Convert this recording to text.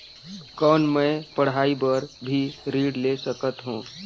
कौन मै पढ़ाई बर भी ऋण ले सकत हो?